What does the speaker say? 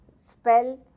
spell